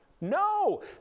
no